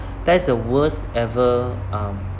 that is the worst ever um